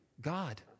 God